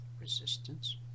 resistance